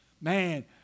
Man